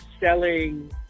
selling